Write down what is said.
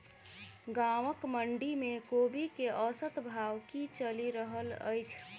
गाँवक मंडी मे कोबी केँ औसत भाव की चलि रहल अछि?